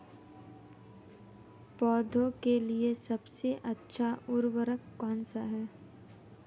पौधों के लिए सबसे अच्छा उर्वरक कौनसा हैं?